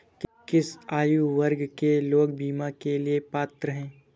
किस आयु वर्ग के लोग बीमा के लिए पात्र हैं?